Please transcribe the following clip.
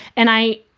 and i,